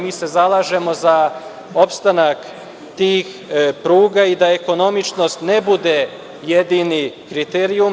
Mi se zalažemo za opstanak tih pruga i da ekonomičnost ne bude jedini kriterijum.